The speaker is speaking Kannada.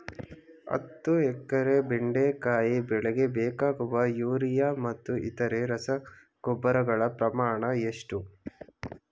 ಹತ್ತು ಎಕರೆ ಬೆಂಡೆಕಾಯಿ ಬೆಳೆಗೆ ಬೇಕಾಗುವ ಯೂರಿಯಾ ಮತ್ತು ಇತರೆ ರಸಗೊಬ್ಬರಗಳ ಪ್ರಮಾಣ ಎಷ್ಟು?